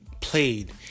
played